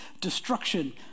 destruction